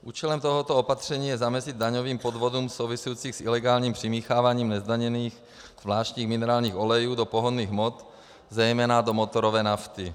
Účelem tohoto opatření je zamezit daňovým podvodům souvisejícím s ilegálním přimícháváním nezdaněných zvláštních minerálních olejů do pohonných hmot, zejména do motorové nafty.